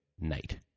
night